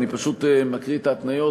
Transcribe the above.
אני פשוט מקריא את ההתניות,